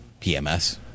PMS